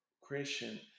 Christian